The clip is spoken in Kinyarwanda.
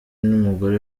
n’umugore